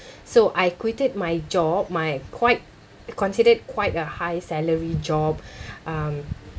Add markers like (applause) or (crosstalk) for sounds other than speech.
so I quitted my job my quite considered quite a high salary job (breath) um